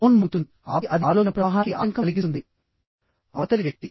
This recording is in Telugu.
ఫోన్ మోగుతుంది ఆపై అది ఆలోచన ప్రవాహానికి ఆటంకం కలిగిస్తుంది అవతలి వ్యక్తి